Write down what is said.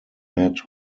met